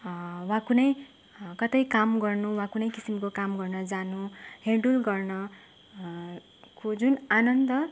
वा कुनै कतै काम गर्नु वा कुनै किसिमको कामहरू गर्न जानु हिँड्डुल गर्नको जुन आनन्द